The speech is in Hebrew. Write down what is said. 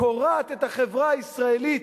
קורעת את החברה הישראלית